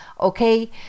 okay